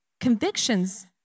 Conviction's